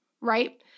right